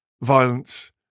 violence